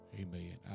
Amen